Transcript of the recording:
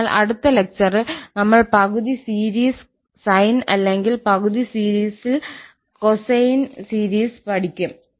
അതിനാൽ അടുത്ത ലെക്ചറിൽ നമ്മൾ പകുതി സീരീസ് സൈൻ അല്ലെങ്കിൽ പകുതി സീരീസ് യിലുള്ള കൊസൈൻ സീരീസ് പഠിക്കും